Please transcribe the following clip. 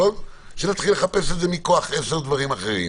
ולא שנתחיל לחפש את זה מכוח עשר דברים אחרים.